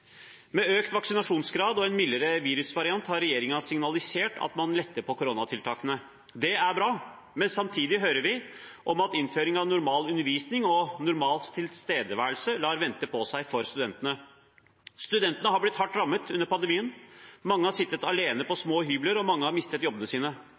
Med økt vaksinasjonsgrad og en mildere virusvariant har regjeringen signalisert at man letter på koronatiltakene. Det er bra, men samtidig hører vi at innføring av normal undervisning og normal tilstedeværelse for studentene lar vente på seg. Studentene har blitt hardt rammet under pandemien. Mange har sittet alene på